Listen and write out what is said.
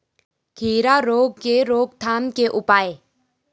खीरा रोग के रोकथाम के उपाय?